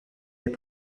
est